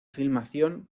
filmación